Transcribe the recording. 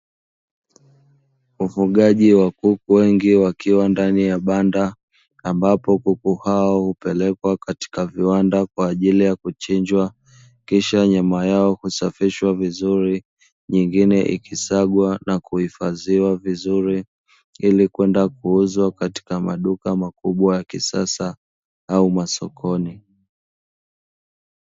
Ufugaji wa kuku wengi wakiwa ndani ya banda ambapo kuku hao hupelekwa katika viwanda kwa ajili ya kuchinjwa kisha nyama yao kusafishwa vizuri nyingine ikisagwa na kuhifadhiwa vizuri ili kwenda kuuzwa katika maduka makubwa ya kisasa au masokoni.